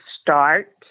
start